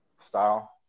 style